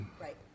Right